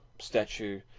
statue